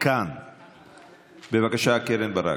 כנסת נכבדה,